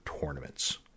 tournaments